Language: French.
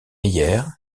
meyer